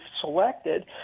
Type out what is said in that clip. selected